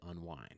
unwind